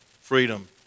freedom